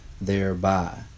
thereby